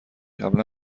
قبلا